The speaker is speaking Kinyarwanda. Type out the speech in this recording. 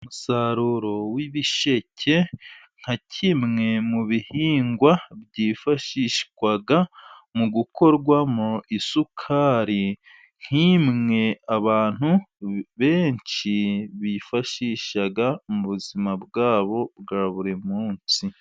Umusaruro w'ibisheke nka kimwe mu bihingwa byifashishwa mu gukorwamo isukari, nk'imwe abantu benshi bifashisha mu buzima bwabo bwa buri munsi.